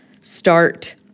start